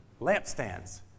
Lampstands